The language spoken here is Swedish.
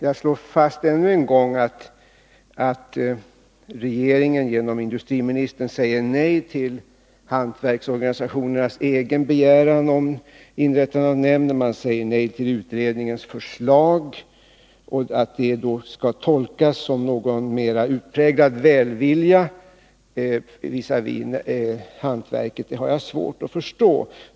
Jag slår fast ännu en gång att regeringen genom industriministern säger nej till hantverksorganisationernas egen begäran om inrättande av en nämnd och säger nej till utredningens förslag. Att det skall tolkas som någon mer utpräglad välvilja visavi hantverket har jag svårt att förstå.